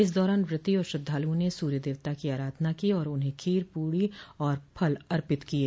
इस दौरान व्रती और श्रद्धालुओं ने सूर्य देवता की अराधना की और उन्हे खीर पूरी और फल अर्पित किये